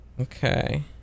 Okay